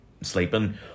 sleeping